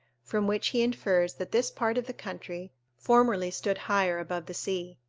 from which he infers that this part of the country formerly stood higher above the sea.